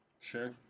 sure